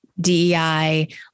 DEI